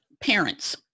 parents